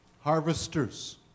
harvesters